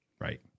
Right